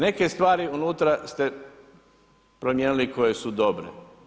Neke stvari unutra ste promijenili koje su dobre.